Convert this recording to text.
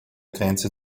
grenze